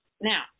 Now